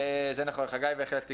זה נכון, פרופ' חגי לוין בהחלט עקבי.